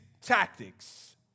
tactics